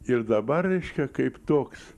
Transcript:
ir dabar reiškia kaip toks